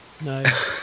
Nice